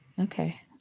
Okay